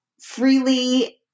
freely